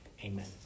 Amen